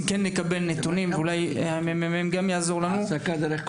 רק שעובדות בצהרון לא יכולות לאפשר לעצמן להיות חולות בבית,